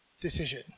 decision